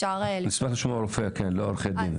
אשמח לשמוע רופא, לא עורכי דין.